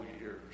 years